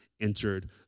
entered